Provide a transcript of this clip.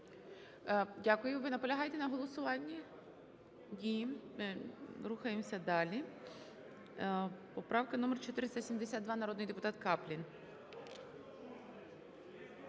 Дякую. Ви наполягаєте на голосуванні? Ні. Рухаємося далі. Поправка номер 472. Народний депутат Каплін.